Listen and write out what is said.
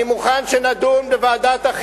אני מוכן להפוך את זה להצעה לסדר-היום.